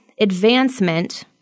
advancement